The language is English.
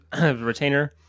retainer